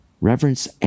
Reverence